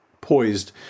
poised